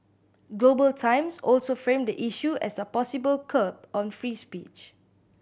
Global Times also framed the issue as a possible curb on free speech